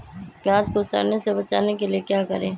प्याज को सड़ने से बचाने के लिए क्या करें?